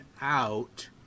out